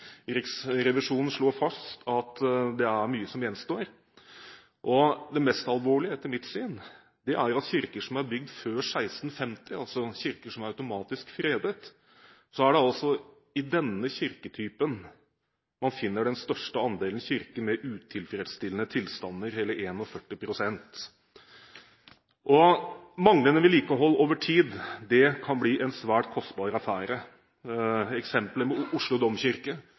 slår Riksrevisjonen fast at det er mye som gjenstår. Det mest alvorlige etter mitt syn er at det er i kirker som er bygd før 1650 – altså kirker som automatisk er fredet – i denne kirketypen, man finner den største andel av kirker med utilfredsstillende tilstander, hele 41 pst. Manglende vedlikehold over tid kan bli en svært kostbar affære. Eksemplet med Oslo domkirke,